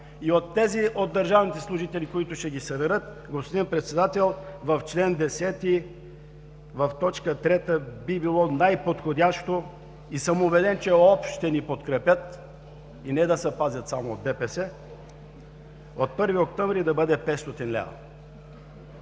и от тези от държавните служители, които ще ги съберат, господин Председател, в чл. 10 в т. 3 би било най подходящо и съм убеден, че ОП ще ни подкрепят, и не да се пазят само от ДПС: „от 1 октомври“ да бъде „500 лв.“.